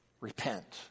repent